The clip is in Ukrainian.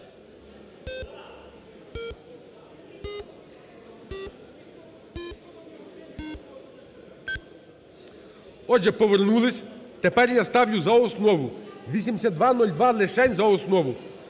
Отже, повернулись. Тепер я ставлю за основу 8202, лишень за основу.